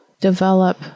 develop